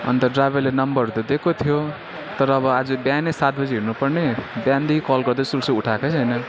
अन्त ड्राइभरले नम्बरहरू त दिएको थियो तर अब आज बिहानै सात बजे हिँड्नु पर्ने बिहानदेखि कल गर्दैछु उठाएकै छैन